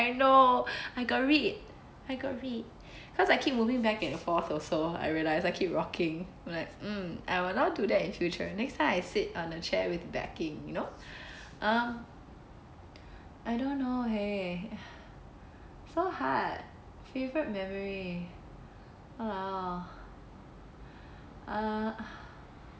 I know I got read I got read cause I keep moving back and forth also I realised I keep rocking like mm I will not do that in future next time I sit on the chair with backing you know uh I don't know !hey! so hard favourite memory !walao! uh